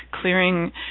clearing